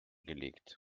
gelegt